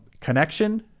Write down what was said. connection